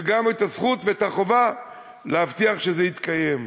וגם את הזכות ואת החובה להבטיח שזה יתקיים.